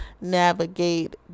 navigate